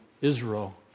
Israel